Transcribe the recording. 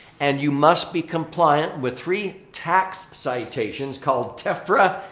and you must be compliant with three tax citations called tefra,